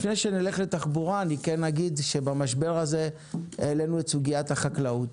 לפני שנלך לתחבורה אני כן אגיד שבמשבר הזה העלינו את סוגיית החקלאות.